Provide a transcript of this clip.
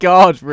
God